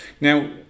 Now